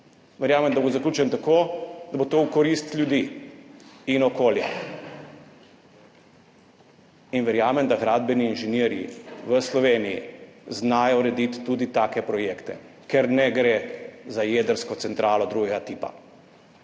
verjamem, da bo zaključen tako, da bo to v korist ljudi in okolja. In verjamem, da gradbeni inženirji v Sloveniji znajo urediti tudi take projekte, ker ne gre za jedrsko centralo drugega tipa,